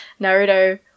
Naruto